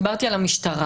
דיברתי על המשטרה.